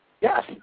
yes